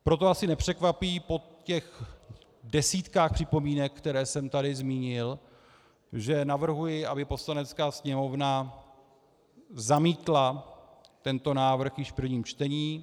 Proto asi nepřekvapí po těch desítkách připomínek, které jsem tady zmínil, že navrhuji, aby Poslanecká sněmovna zamítla tento návrh již v prvním čtení.